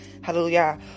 hallelujah